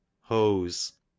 hose